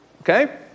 Okay